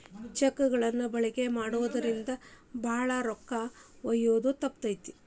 check ಗಳನ್ನ ಬಳಕೆ ಮಾಡೋದ್ರಿಂದ ಭಾಳ ರೊಕ್ಕ ಒಯ್ಯೋದ ತಪ್ತತಿ